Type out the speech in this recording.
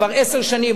כבר עשר שנים,